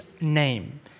name